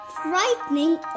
frightening